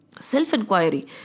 Self-inquiry